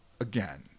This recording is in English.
again